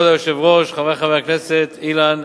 כבוד היושב-ראש, חברי חברי הכנסת, אילן,